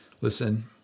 Listen